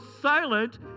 silent